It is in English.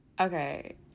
Okay